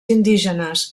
indígenes